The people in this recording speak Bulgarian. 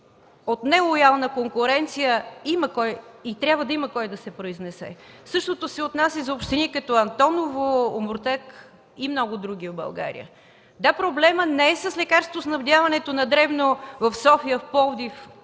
от нелоялна конкуренция, трябва да има кой да се произнесе. Същото се отнася за общини като Антоново, Омуртаг и много други в България. Да, проблемът не е с лекарствоснабдяването на дребно в София, в Пловдив,